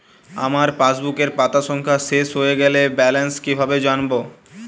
আমার পাসবুকের পাতা সংখ্যা শেষ হয়ে গেলে ব্যালেন্স কীভাবে জানব?